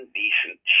decent